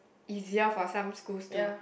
easier for some schools to